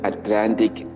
Atlantic